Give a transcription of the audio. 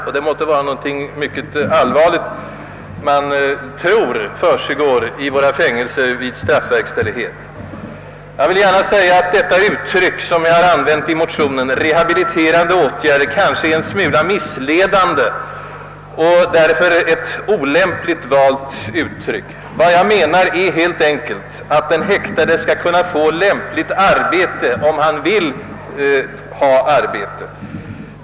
Man måtte tro att det är djupt ingripande behandlingsåtgärder som vidtages i våra fängelser vid straffverkställigheten. Jag vill gärna säga, att det uttryck som jag använt i motionen, rehabiliterande åtgärder, kanske är en smula missledande och därför ett olämpligt valt uttryck. Jag menar helt enkelt att den häktade skall kunna få lämpligt arbete om han vill ha sådant.